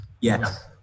yes